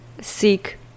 seek